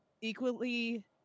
equally